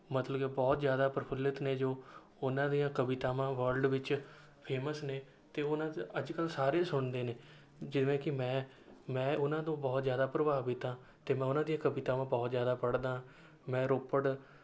ਮਤਲਬ ਕਿ ਬਹੁਤ ਜ਼ਿਆਦਾ ਪ੍ਰਫੁੱਲਿਤ ਨੇ ਜੋ ਉਨ੍ਹਾਂ ਦੀਆਂ ਕਵਿਤਾਵਾਂ ਵਰਲਡ ਵਿੱਚ ਫੇਮਸ ਨੇ ਅਤੇ ਉਨ੍ਹਾਂ 'ਚ ਅੱਜ ਕੱਲ੍ਹ ਸਾਰੇ ਸੁਣਦੇ ਨੇ ਜਿਵੇਂ ਕਿ ਮੈਂ ਮੈਂ ਉਨ੍ਹਾਂ ਤੋਂ ਬਹੁਤ ਜ਼ਿਆਦਾ ਪ੍ਰਭਾਵਿਤ ਹਾਂ ਅਤੇ ਮੈਂ ਉਹਨਾਂ ਦੀਆਂ ਕਵਿਤਾਵਾਂ ਬਹੁਤ ਜ਼ਿਆਦਾ ਪੜ੍ਹਦਾ ਮੈਂ ਰੋਪੜ